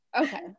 Okay